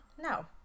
No